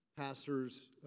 Pastors